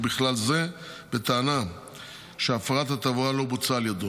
ובכלל זה בטענה שהפרת התעבורה לא בוצעה על ידו.